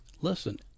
listen